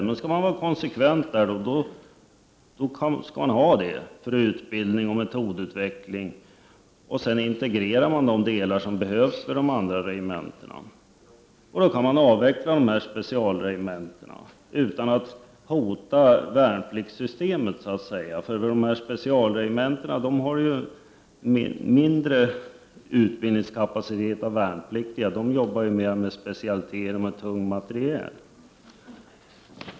Om man skall vara konsekvent skall man ha sådana för utbildning och metodutveckling, och därefter integrera de delar som behövs för de andra regementena. Man kan då avveckla specialregementena utan att hota värnpliktssystemet. Specialregementena har ju en mindre utbildningskapacitet när det gäller värnpliktiga. De arbetar mer med specialiteter och tung materiel.